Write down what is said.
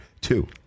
two